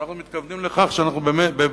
שאנחנו מתכוונים לכך שאנחנו בעצם